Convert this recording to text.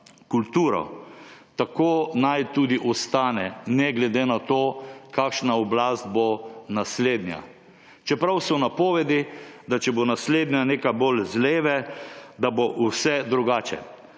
kulturo. Tako naj tudi ostane, ne glede na to, kakšna oblast bo naslednja. Čeprav so napovedi, da če bo naslednja neka bolj z leve, da bo vse drugače.